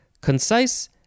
concise